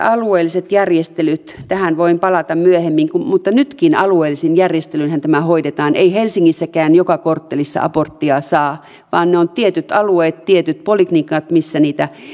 alueellisista järjestelyistä tähän voin palata myöhemmin mutta nytkin alueellisin järjestelyinhän tämä hoidetaan ei helsingissäkään joka korttelissa aborttia saa vaan ne ovat tietyt alueet tietyt poliklinikat missä niitä